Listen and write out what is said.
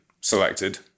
selected